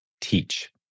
teach